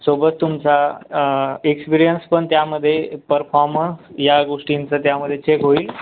सोबत तुमचा एक्स्पिरिअन्स पण त्यामध्ये परफॉर्मन्स या गोष्टींचा त्यामध्ये चेक होईल